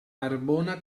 arbona